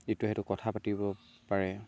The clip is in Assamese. যিটো সেইটো কথা পাতিব পাৰে